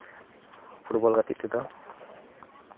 football ᱜᱟᱛᱮᱜ ᱛᱮᱫᱚ